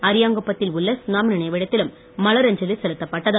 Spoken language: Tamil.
அரியாங்குப்பத்தில் உள்ள சுனாமி நினைவிடத்திலும் மலரங்சலி செலுத்தப்பட்டது